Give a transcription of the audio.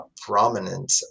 prominent